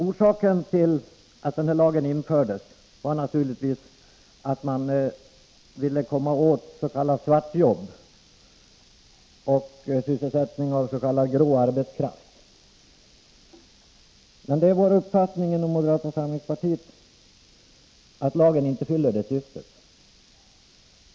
Orsaken till att lagen infördes var naturligtvis att man ville komma åt s.k. svartjobb och anlitandet av s.k. grå arbetskraft. Moderata samlingspartiets uppfattning är emellertid att lagen inte fyller sitt syfte.